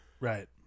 Right